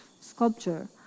sculpture